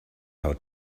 how